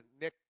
Nick